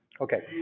Okay